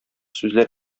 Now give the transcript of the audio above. сүзләр